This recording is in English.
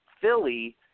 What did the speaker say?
Philly –